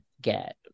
get